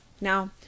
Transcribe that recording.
Now